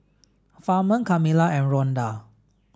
Ferman Kamila and Ronda